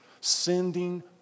Sending